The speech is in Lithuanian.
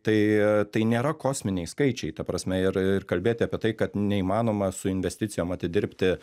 tai tai nėra kosminiai skaičiai ta prasme ir ir kalbėti apie tai kad neįmanoma su investicijom atidirbti